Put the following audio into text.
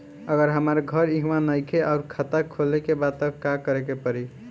अगर हमार घर इहवा नईखे आउर खाता खोले के बा त का करे के पड़ी?